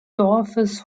dorfes